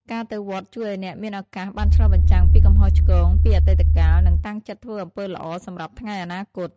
ការទៅវត្តជួយឱ្យអ្នកមានឱកាសបានឆ្លុះបញ្ចាំងពីកំហុសឆ្គងពីអតីតកាល និងតាំងចិត្តធ្វើអំពើល្អសម្រាប់ថ្ងៃអនាគត។